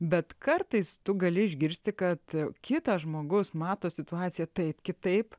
bet kartais tu gali išgirsti kad kitas žmogus mato situaciją tai kitaip